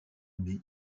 mai